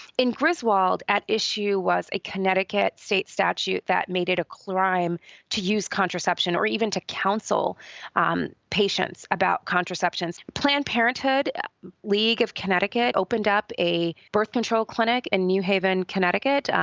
in griswold, at issue was a connecticut state statute that made it a crime to use contraception or even to counsel um patients about contraception. planned parenthood league of connecticut opened up a birth control clinic in new haven, connecticut.